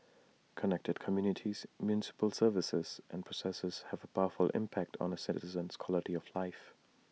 connected communities municipal services and processes have A powerful impact on A citizen's quality of life